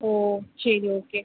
ஓ சரி ஓகே